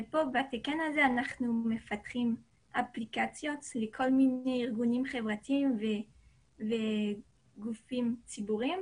אנחנו מפתחים אפליקציות לכל מיני ארגונים חברתיים וגופים ציבוריים.